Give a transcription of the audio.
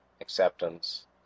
acceptance